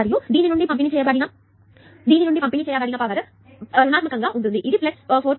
కాబట్టి దీని నుంచి పంపిణీ చేయబడిన శక్తి ప్రతికూలంగా ఉంటుంది ఇది 4